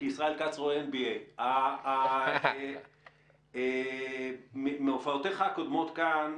כי ישראל כץ רואה NBA. מהופעותיה הקודמות כאן,